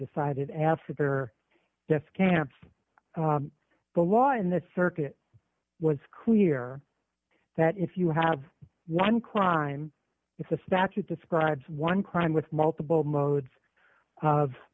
decided after death camps the law in the circuit was clear that if you have one crime if the statute describes one crime with multiple modes of